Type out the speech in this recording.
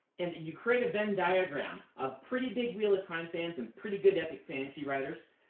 and you create a venn diagram of pretty big wheel of time fans and pretty good epic fantasy writers,